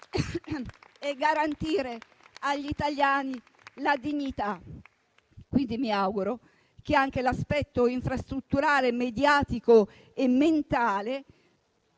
e garantire agli italiani la dignità. Mi auguro quindi che anche l'aspetto infrastrutturale, mediatico e mentale